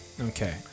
Okay